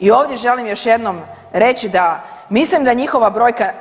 I ovdje želim još jednom reći da mislim da njihova brojka